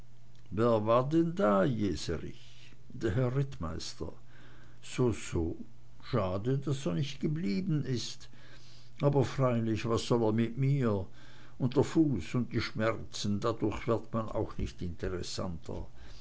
der herr rittmeister so so schade daß er nicht geblieben ist aber freilich was soll er mit mir und der fuß und die schmerzen dadurch wird man auch nicht interessanter